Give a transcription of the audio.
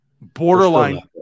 borderline